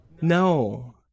No